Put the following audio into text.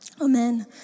Amen